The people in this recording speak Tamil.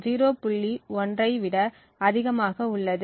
1 ஐ விட அதிகமாக உள்ளது